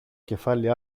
κεφάλι